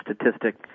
statistic